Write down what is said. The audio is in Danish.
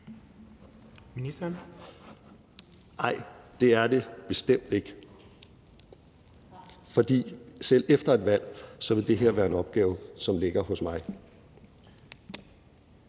Hækkerup): Nej, det er det bestemt ikke. For selv efter et valg vil det her være en opgave, som ligger hos mig.